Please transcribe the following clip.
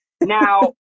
Now